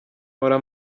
mpora